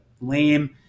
lame